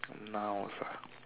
nouns ah